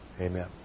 Amen